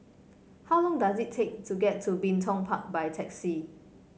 how long does it take to get to Bin Tong Park by taxi